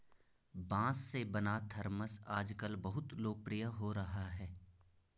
बाँस से बना थरमस आजकल बहुत लोकप्रिय हो रहा है